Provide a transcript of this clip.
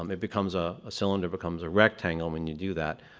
um it becomes a a cylinder becomes a rectangle when you do that.